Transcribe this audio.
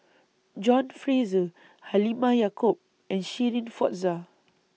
John Fraser Halimah Yacob and Shirin Fozdar